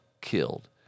killed